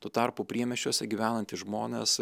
tuo tarpu priemiesčiuose gyvenantys žmonės